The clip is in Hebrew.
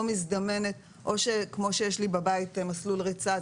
מזדמנת או כמו שיש לי בבית מסלול ריצה,